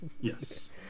Yes